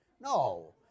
No